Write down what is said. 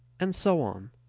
and so on.